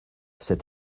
cet